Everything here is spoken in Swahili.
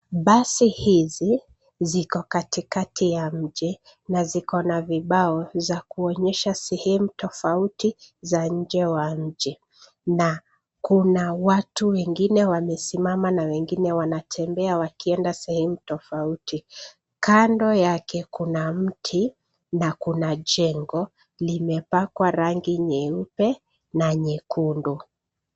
Basi hizi ziko katikati ya mji na ziko na vibao za kuonyesha sehemu tofauti za nje ya mji na kuna watu wengine wamesimama na wengine wanatembea wakienda sehemu tofauti. Kando yake, kuna mti na kuna jengo limepakwa rangi nyeupe na nyekundu.